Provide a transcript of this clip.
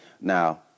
now